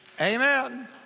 Amen